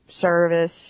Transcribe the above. service